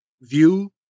view